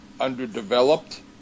underdeveloped